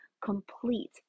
complete